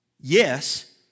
Yes